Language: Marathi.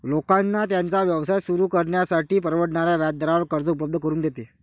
लोकांना त्यांचा व्यवसाय सुरू करण्यासाठी परवडणाऱ्या व्याजदरावर कर्ज उपलब्ध करून देते